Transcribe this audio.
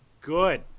Good